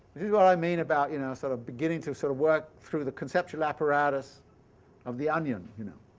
what i mean about, you know, sort of beginning to sort of work through the conceptual apparatus of the onion. you know